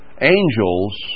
angels